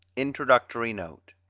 introductory note